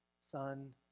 sun